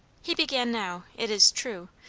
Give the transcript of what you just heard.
he began now, it is true,